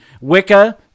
Wicca